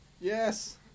Yes